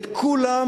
את כולם,